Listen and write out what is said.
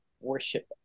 worship